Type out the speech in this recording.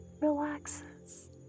relaxes